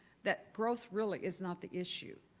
that growth really is not the issue.